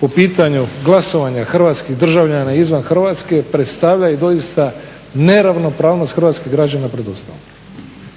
po pitanju glasovanja hrvatskih državljana izvan Hrvatske predstavlja i doista neravnopravnost hrvatskih građana pred Ustavom.